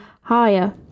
higher